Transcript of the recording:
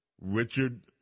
Richard